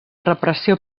repressió